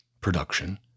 production